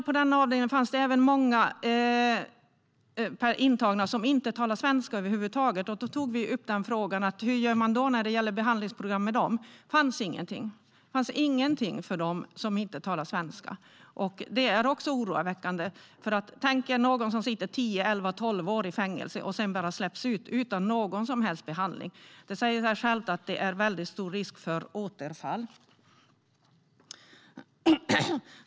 På denna avdelning fanns det även många intagna som inte talade svenska över huvud taget. Då frågade vi hur man gör med dem när det gäller behandlingsprogram. Det fanns ingenting för dem som inte talar svenska. Det är också oroväckande. Tänk er någon som sitter tio elva tolv år i fängelse och sedan bara släpps ut utan någon som helst behandling! Det säger sig självt att det då är väldigt stor risk för återfall.